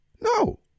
No